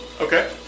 Okay